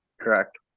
Correct